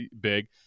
big